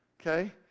Okay